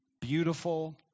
beautiful